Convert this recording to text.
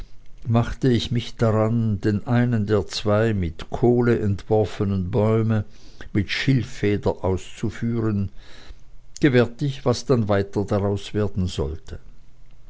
machte ich mich daran den einen der zwei mit kohle entworfenen bäume mit der schilffeder auszuführen gewärtig was dann weiter werden wollte